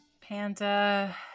Panda